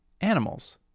animals